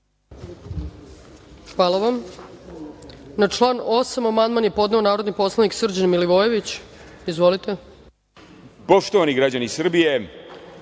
Hvala vam. Na član 8. amandman je podneo narodni poslanik Srđan Milivojević. Reč